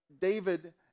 David